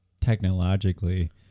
technologically